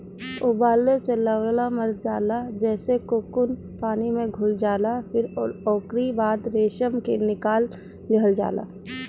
उबालला से लार्वा मर जाला जेसे कोकून पानी में घुल जाला फिर ओकरी बाद रेशम के निकाल लिहल जाला